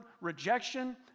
rejection